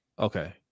Okay